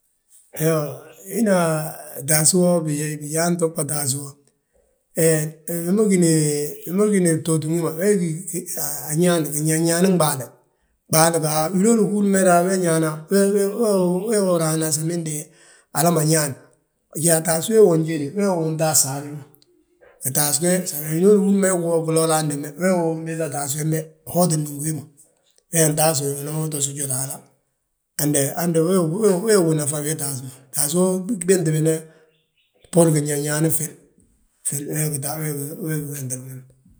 Iyoo, wina taasí wo bijaa ntuug bo, taasí wo, he wi ma gíni btooti wi ma, wee gí a ñaan, ginñaanin ɓaale. ɓaali ga winooni húrim be raani ñaana, we wee wi raana, samindi hala ma ñaan. Yaa taasí wee wi unjédi, wee wi utaasa a wi, gitaasí ge, san we winooni húrim be, woo gilor handdeme wee wi unbiiŧa taasí wembe, hottindi ngi wi ma. Wee ntaasi wi, winan to sujurri, hala, hande wee wi gí nafa wii taasí ma. Taasí wo, wi binti bine, bbúr ginñañaani ffil, we wee wi wentele wi ma.